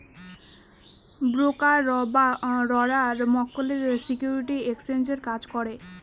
ব্রোকাররা মক্কেলের সিকিউরিটি এক্সচেঞ্জের কাজ করে